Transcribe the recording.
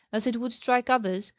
as it would strike others,